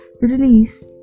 release